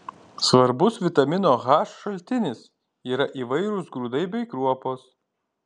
svarbus vitamino h šaltinis yra įvairūs grūdai bei kruopos